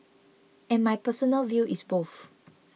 and my personal view is both